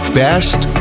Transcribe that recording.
best